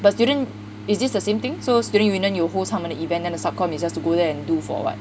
the student is this the same thing so student union 有 host 他们的 event then the sub comm is just to go there and do for [what]